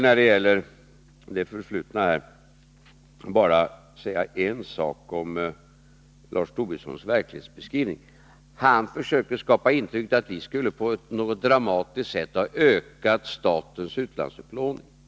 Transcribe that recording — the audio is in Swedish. När det gäller det förflutna vill jag bara säga en sak om Lars Tobissons verklighetsbeskrivning: Han försökte skapa intrycket att vi på något dramatiskt sätt skulle ha ökat statens utlandsupplåning.